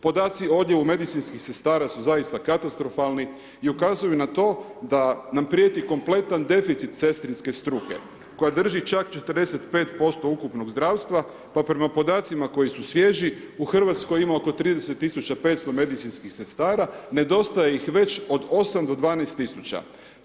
Podaci o odljevu medicinskih sestara su zaista katastrofalni i ukazuju na to da nam prijeti kompletan deficit sestrinske struke koja drži čak 45% ukupnog zdravstva pa prema podacima koji su svježi u Hrvatskoj imamo oko 30.500 medicinskih sestara nedostaje ih već od 8 do 12.000.